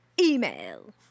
email